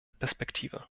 perspektive